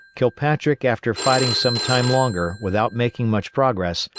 kilpatrick after fighting some time longer without making much progress,